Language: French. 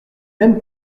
même